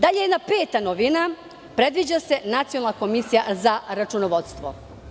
Dalje, peta novina, predviđa se nacionalna komisija za računovodstvo.